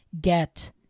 get